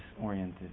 oriented